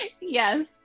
Yes